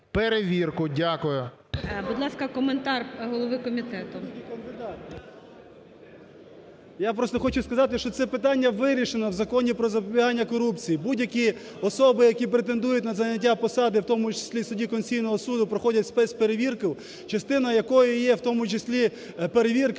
перевірку. Дякую. ГОЛОВУЮЧИЙ. Будь ласка, коментар голови комітету. 11:45:40 КНЯЗЕВИЧ Р.П. Я просто хочу сказати, що це питання вирішено в Законі про запобігання корупції: будь-які особи, які претендують на заняття посади, в тому числі і судді Конституційного Суду, проходять спецперевірку, частина якої є в тому числі перевірка